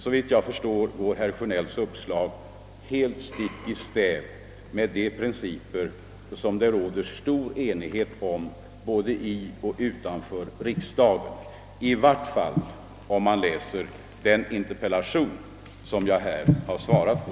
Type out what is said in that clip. Såvitt jag förstår går herr Sjönells uppslag stick i stäv mot de principer som det råder stor enighet om både i och utanför riksdagen — i varje fall om man läser den interpellation som jag här har svarat på.